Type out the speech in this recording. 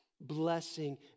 blessing